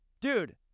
dude